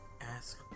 ask